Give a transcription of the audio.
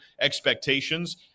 expectations